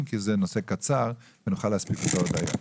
כי זה נושא קצר ונוכל להספיק לדון בו עוד היום.